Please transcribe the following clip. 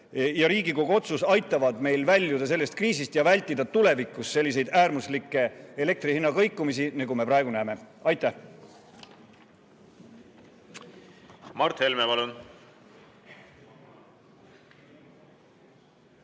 ja Riigikogu otsus aitavad meil väljuda sellest kriisist ja vältida tulevikus selliseid äärmuslikke elektri hinna kõikumisi, nagu me praegu näeme. Aitäh! Aitäh,